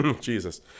Jesus